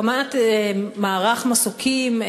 הקמת מערך מסוקים,